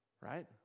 Right